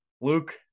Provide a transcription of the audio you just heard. Luke